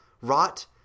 rot